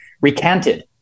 recanted